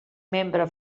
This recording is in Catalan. membre